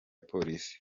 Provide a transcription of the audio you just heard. polisi